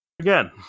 again